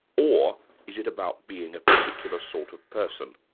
or is it about being a particular sort of person?